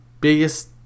biggest